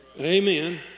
Amen